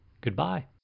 Goodbye